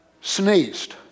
sneezed